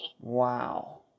wow